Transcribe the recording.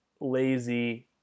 lazy